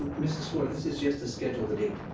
um mrs. fluor, this is just to schedule the date.